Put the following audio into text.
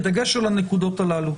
בדגש על הנקודות הללו.